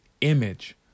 image